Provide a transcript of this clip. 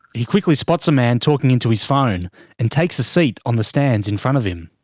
he quickly spots a man talking into his phone and takes a seat on the stands in front of him.